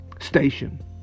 station